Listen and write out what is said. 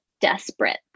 desperate